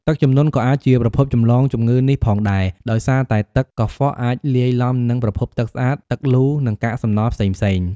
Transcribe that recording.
ទឹកជំនន់ក៏អាចជាប្រភពចម្លងជំងឺនេះផងដែរ ដោយសារតែទឹកកខ្វក់អាចលាយឡំនឹងប្រភពទឹកស្អាត ទឹកលូ និងកាកសំណល់ផ្សេងៗ